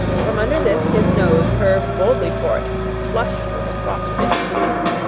from under this his nose curved boldly forth, flushed with a frost-bitten bloom,